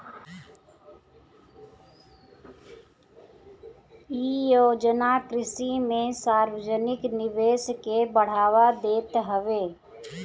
इ योजना कृषि में सार्वजानिक निवेश के बढ़ावा देत हवे